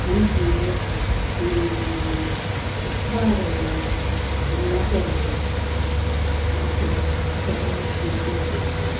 ಮನುಷ್ಯನಿಗೆ ಉತ್ಸಾಹ ಇರಲ್ಲ ಉಲ್ಲಾಸ ಇರಲ್ಲ ಅದಕ್ಕೆ ಚಹಾ ಬೇಕೇ ಬೇಕು